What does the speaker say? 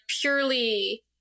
purely